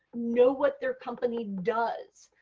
no what their company does.